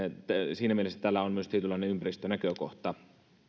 on myös tietynlainen ympäristönäkökohta